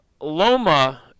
Loma